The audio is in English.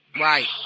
right